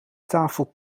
tafel